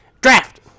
Draft